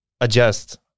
adjust